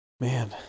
Man